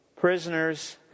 prisoners